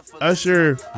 Usher